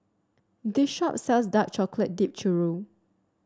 this shop sells Dark Chocolate Dipped Churro